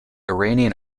iranian